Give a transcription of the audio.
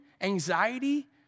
anxiety